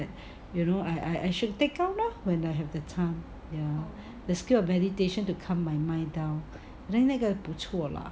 you know I I should take up lor when I have the time ya the skill of meditation to calm my mind down 那个不错 lah